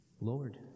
Lord